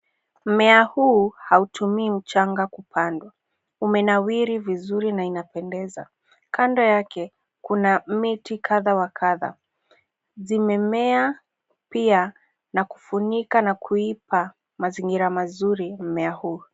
Mmea huu hautumii mchanga kupandwa. Umenawiri vizuri na inapendeza. Kando yake kuna miti kadhaa wa kadhaa zimemea pia na kufunika na kuipa mazingira mazuri mmea huu.